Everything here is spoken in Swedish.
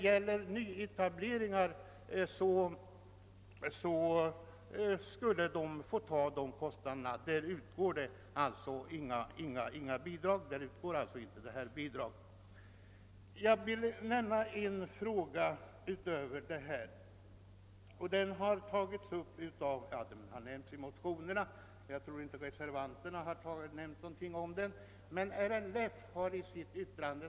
Vid nyetableringar utgår däremot inga bidrag, utan industrin i fråga får själv stå för kostnaderna. Härutöver vill jag nämna en fråga som har berörts i motionerna men inte i reservationerna och som har tagits upp i RLF:s yttrande.